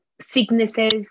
sicknesses